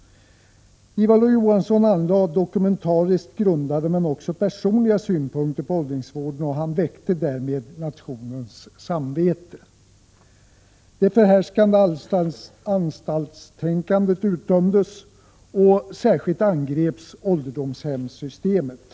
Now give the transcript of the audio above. Ivar Lo-Johansson anlade dokumentariskt grundade men också personliga synpunkter på åldringsvården. Han väckte därmed nationens samvete. Det förhärskande anstaltstänkandet utdömdes, och särskilt angreps ålderdomshemssystemet.